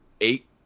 eight